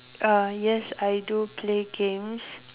uh yes I do play games